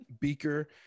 beaker